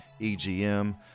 EGM